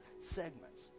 segments